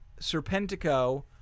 Serpentico